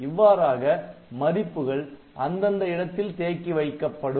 இவ்வாறாக மதிப்புகள் அந்தந்த இடத்தில் தேக்கி வைக்கப்படும்